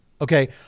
Okay